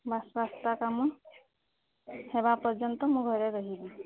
ବାସ୍ ରାସ୍ତା କାମ ହେବା ପର୍ଯ୍ୟନ୍ତ ମୁଁ ଘରେ ରହିବି